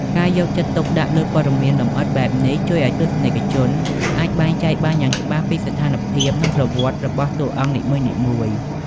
ការយកចិត្តទុកដាក់លើព័ត៌មានលម្អិតបែបនេះ ជួយឲ្យទស្សនិកជនអាចបែងចែកបានយ៉ាងច្បាស់ពីស្ថានភាព និងប្រវត្តិរបស់តួអង្គនីមួយៗ។